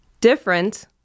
Different